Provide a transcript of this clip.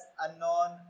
unknown